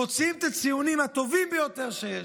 מוציאות את הציונים הטובים ביותר שיש.